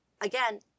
Again